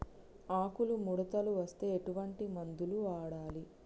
ఆకులు ముడతలు వస్తే ఎటువంటి మందులు వాడాలి?